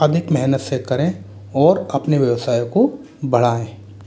अधिक मेहनत से करें और अपने व्यवसाय को बढ़ाएँ